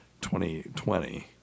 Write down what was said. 2020